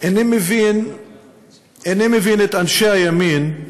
איני מבין את אנשי הימין,